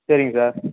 சரிங்க சார்